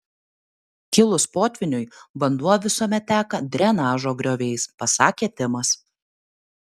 kilus potvyniui vanduo visuomet teka drenažo grioviais pasakė timas